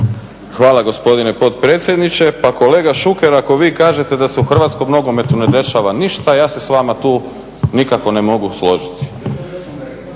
Hvala gospodine potpredsjedniče. Pa kolega Šuker ako vi kažete da se u hrvatskom nogometu ne dešava ništa ja se s vama tu nikako ne mogu složiti.